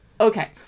okay